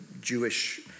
Jewish